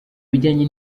bijyanye